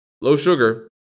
low-sugar